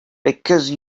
because